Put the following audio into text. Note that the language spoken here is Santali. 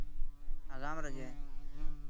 ᱟᱜᱟᱢ ᱨᱮᱜᱮ